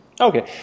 okay